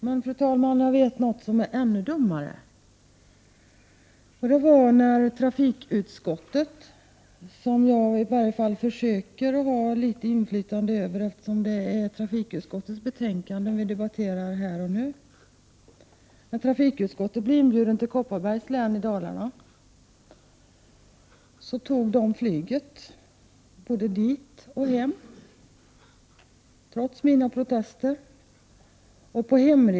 Men, fru talman, jag vet något som är ännu dummare. Det var när trafikutskottet, som jag i varje fall försöker ha litet inflytande över, blev inbjudet till Kopparbergs län i Dalarna och tog flyget både dit och hem, trots mina protester.